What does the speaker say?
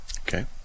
Okay